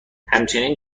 همچنین